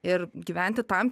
ir gyventi tam